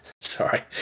Sorry